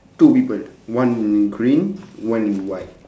two people one in green one in white